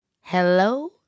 hello